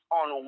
on